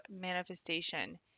manifestation